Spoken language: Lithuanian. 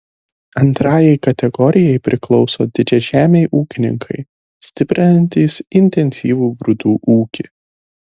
antrajai kategorijai priklauso didžiažemiai ūkininkai stiprinantys intensyvų grūdų ūkį